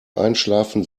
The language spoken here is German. einschlafen